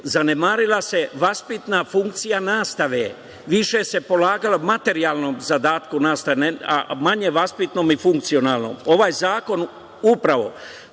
zanemarila se vaspitna funkcija nastave, više se polagalo materijalnom zadatku nastave, a manje vaspitnom i funkcionalnom. Ovaj zakon upravo